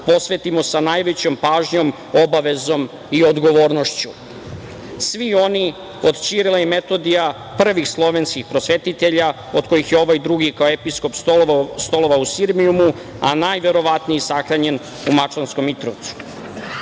posvetimo sa najvećom pažnjom, obavezom i odgovornošću. Svi oni od Ćirila i Metodija, prvih slovenskih prosvetitelja, od kojih je ovaj drugi kao episkop stolovao u Sirmijumu, a najverovatnije i sahranjen u Mačvanskom Mitrovcu.